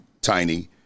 Tiny